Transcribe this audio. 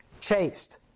chased